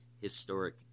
historic